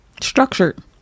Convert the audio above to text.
structured